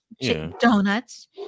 donuts